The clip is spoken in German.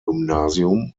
gymnasium